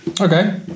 Okay